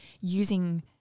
using